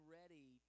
ready